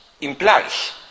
implies